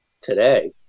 today